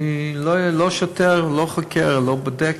אני לא שוטר, לא חוקר, לא בודק.